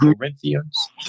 Corinthians